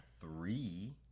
three